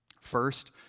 First